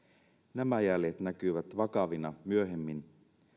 nämä jäljet näkyvät vakavina myöhemmin